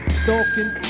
stalking